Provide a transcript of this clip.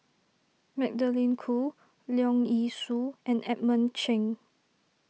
Magdalene Khoo Leong Yee Soo and Edmund Cheng